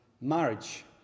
marriage